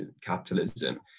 capitalism